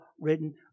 written